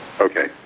Okay